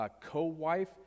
co-wife